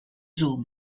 zoom